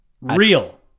Real